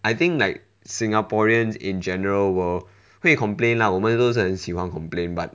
I think like singaporeans in general will 会 complain lah 我们都很喜欢 complain but